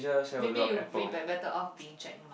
maybe you be better off being